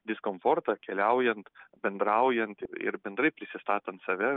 diskomfortą keliaujant bendraujant ir bendrai prisistatant save